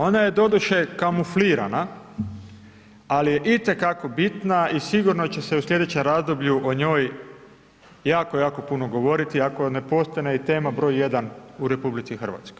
Ona je doduše kamuflirana, ali je i te kako bitna i sigurno će se u slijedećem razdoblju o njoj jako, jako puno govoriti ako ne postane i tema broj 1 u RH.